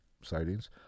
sightings